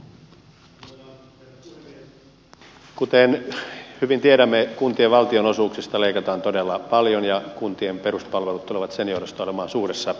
kuten hyvin tiedämme kuntien valtionosuuksista leikataan todella paljon ja kuntien peruspalvelut tulevat sen johdosta olemaan suuressa vaarassa